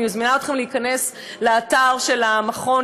אני מזמינה אתכם להיכנס לאתר של המכון,